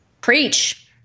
Preach